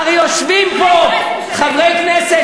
יש חברי כנסת